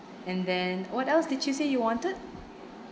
and then what else did you say you wanted